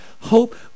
Hope